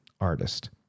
artist